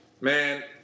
Man